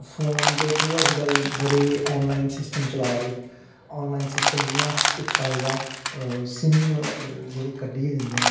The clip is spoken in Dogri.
फोन दे थ्रू अज्जकल बड़े ऑनलाइन सिस्टम चला दे ऑनलाइन सिस्टम जि'यां इक आए दा सिम जेह्ड़े कड्ढियै दिंदे न